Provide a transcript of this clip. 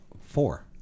Four